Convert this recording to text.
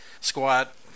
Squat